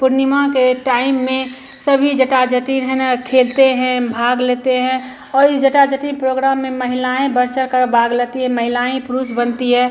पूर्णिमा के टाइम में सभी जटा जटिन है ना खेलते हैं भाग लेते हैं और इस जटा जटिन प्रोग्ड़ाम में महिलाएँ बढ़ चढ़कर भाग लेती है महिलाएँ ही पुरुष बनती हैं